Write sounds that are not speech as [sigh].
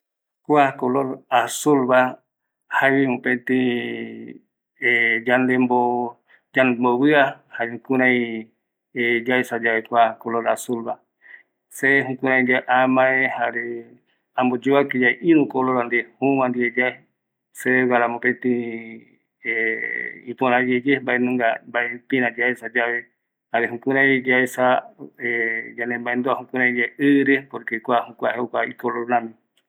Kua color azul va, jae möpëtï [hesitation] jae yande mbovïa, jare jukuraï yaesa yave kua color azulva, se jukuraiyae amae jare ambo yovake yave ïrü color ndive, jüüva ndeve yae seve guara möpëtï [hesitation] ipörä yeye, mbaenunga, mbae ïpïrä yaesa yave, jare jukuraivi yaesa yave yande maendua ii re, por que jokua icolor rami.